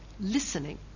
listening